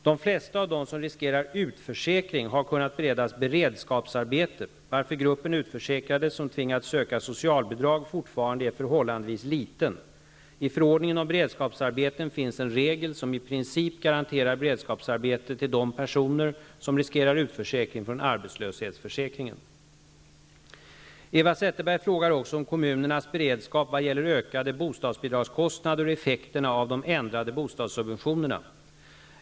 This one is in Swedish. De flesta av dem som riskerar utförsäkring har kunnat beredas beredskapsarbete, varför gruppen utförsäkrade som tvingats söka socialbidrag fortfarande är förhållandevis liten. I förordningen om beredskapsarbeten finns en regel som i princip garanterar beredskapsarbete till de personer som riskerar utförsäkring från arbetslöshetsförsäkringen. Eva Zetterberg frågar också om kommunernas beredskap vad gäller ökade bostadsbidragskostnader och effekterna av de ändrade bostadssubventionerna.